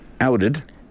outed